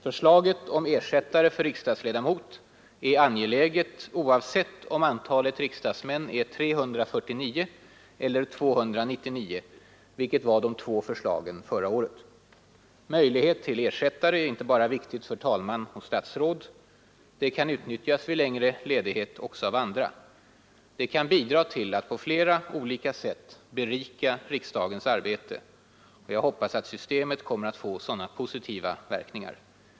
Förslaget om ersättare för riksdagsledamot är angeläget oavsett om antalet riksdagsmän är 349 eller 299, vilket var de två förslagen förra året. Möjlighet till ersättare är inte bara viktigt för talman och statsråd. Det kan utnyttjas vid längre ledighet också av andra. Det kan bidra till att på flera olika sätt berika riksdagens arbete. Jag hoppas att systemet kommer att få sådana positiva verkningar.